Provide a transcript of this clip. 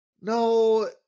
No